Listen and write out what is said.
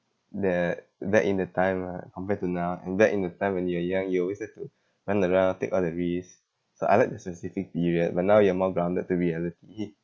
the back in the time ah compared to now and back in the time when you're young you always like to run around take all the risks so I like that specific period but now you're more grounded to reality